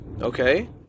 okay